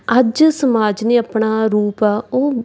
ਅੱਜ ਸਮਾਜ ਨੇ ਆਪਣਾ ਰੂਪ ਆ ਉਹ